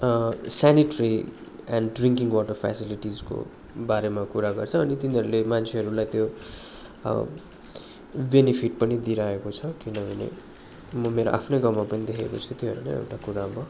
sanitary and drinking water फेसिलिटिजको बारेमा कुरा गर्छ अनि तिनीहरूले मान्छेहरूलाई त्यो बेनिफिट पनि दिइरहेको छ किनभने म मेरो आफ्नै गाउँमा पनि देखेको छु त्योहरू नै एउटा कुरामा